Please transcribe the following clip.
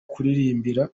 kuririmbira